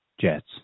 jets